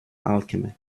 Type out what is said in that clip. alchemy